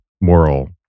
moral